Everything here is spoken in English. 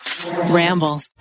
Ramble